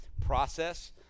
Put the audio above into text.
process